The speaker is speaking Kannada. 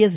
ಎಸ್